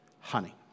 honey